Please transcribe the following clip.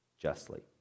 justly